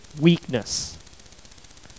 weakness